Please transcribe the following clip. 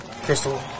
Crystal